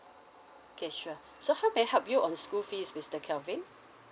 okay sure so how may I help you on school fees mister calvin